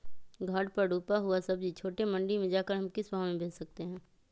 घर पर रूपा हुआ सब्जी छोटे मंडी में जाकर हम किस भाव में भेज सकते हैं?